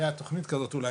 הייתה תכנית כזו אולי,